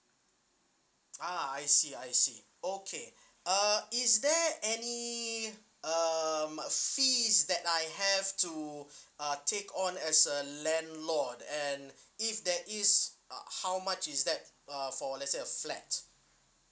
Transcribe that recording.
ah I see I see okay uh is there any um fees that I have to uh take on as a landlord and if that is uh how much is that uh for let's say a flat